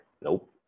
Nope